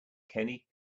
kenny